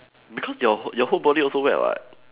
because your your whole body also wet [what]